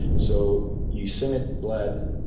so you submit blood